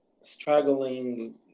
struggling